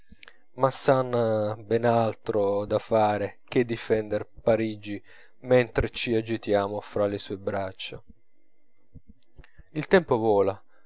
ma s'ha ben altro da fare che difender parigi mentre ci agitiamo fra le sue braccia il tempo vola